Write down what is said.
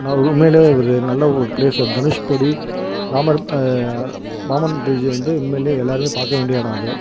ந உண்மையிலே ஒரு நல்ல ஒரு பிளேஸ் தனுஷ்கோடி ராமர் பாம்பன் பிரிட்ஜ் வந்து உண்மையிலே எல்லாருமே பார்க்க வேண்டிய இடம் அது